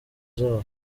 zawo